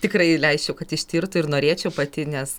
tikrai leisčiau kad ištirtų ir norėčiau pati nes